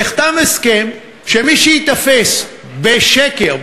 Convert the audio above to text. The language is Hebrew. נחתם הסכם שמי שייתפס בשקר,